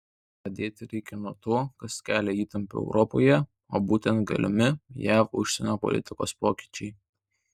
pradėti reikia nuo to kas kelia įtampą europoje o būtent galimi jav užsienio politikos pokyčiai